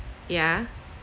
yeah